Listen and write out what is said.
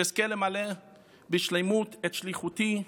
שאזכה למלא בשלמות את שליחותי,